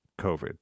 COVID